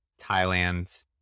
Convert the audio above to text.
Thailand